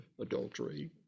adultery